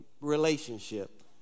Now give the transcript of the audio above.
relationship